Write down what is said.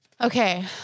Okay